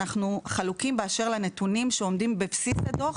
אנחנו חלוקים באשר לנתונים שעומדים בבסיס הדוח,